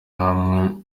hamwe